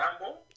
Rambo